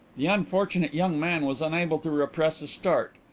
the unfortunate young man was unable to repress a start.